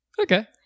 okay